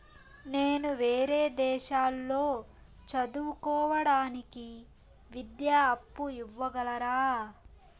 నేను వేరే దేశాల్లో చదువు కోవడానికి విద్యా అప్పు ఇవ్వగలరా?